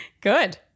Good